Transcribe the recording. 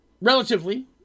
relatively